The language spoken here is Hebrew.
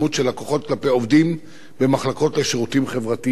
לקוחות כלפי עובדים במחלקות לשירותים חברתיים.